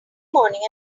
morning